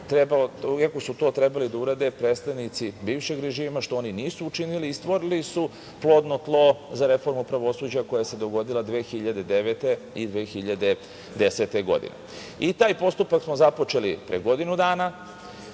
iako su to trebali da urade predstavnici bivšeg režima što oni nisu učinili i stvorili su plodno tlo za reformu pravosuđa koja se dogodila 2009. i 2010. godine. Taj postupak smo započeli pre godinu dana.